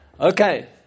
Okay